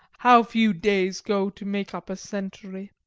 how few days go to make up a century.